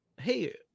hey